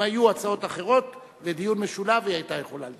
אם היו הצעות אחרות לדיון משולב, היא היתה יכולה.